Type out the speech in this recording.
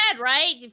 right